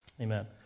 Amen